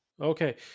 okay